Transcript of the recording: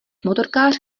motorkář